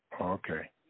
Okay